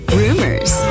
rumors